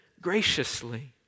graciously